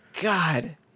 God